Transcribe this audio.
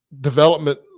development